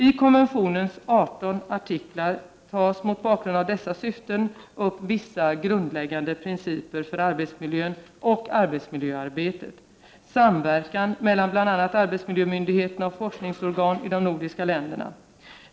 I konventionens 18 artiklar tas, mot bakgrund av dessa syften, upp vissa grundläggande principer för arbetsmiljön och arbetsmiljöarbetet, samverkan mellan bl.a. arbetsmiljömyndigheterna och forskningsorgan i de nordiska länderna.